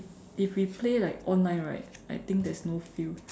if we play like online right I think there's no feel